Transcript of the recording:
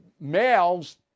males